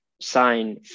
sign